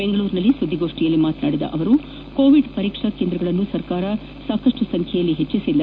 ಬೆಂಗಳೂರಿನಲ್ಲಿ ಸುದ್ದಿಗೋಷ್ಠಿಯಲ್ಲಿ ಮಾತನಾಡಿದ ಅವರು ಕೋವಿಡ್ ಪರೀಕ್ಷಾ ಕೇಂದ್ರಗಳನ್ನು ಸರ್ಕಾರ ಸಾಕಷ್ಟು ಸಂಚ್ಯೆಯಲ್ಲಿ ಹೆಚ್ಚಿಸಿಲ್ಲ